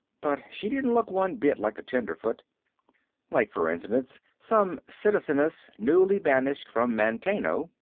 but she didn't look one bit like a tenderfoot like for instance some citizeness newly banished from manteno.